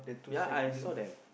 ya I saw them